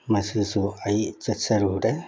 ꯃꯁꯤꯁꯨ ꯑꯩ ꯆꯠꯆꯔꯨꯔꯦ